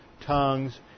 tongues